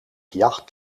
jacht